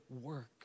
work